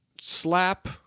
slap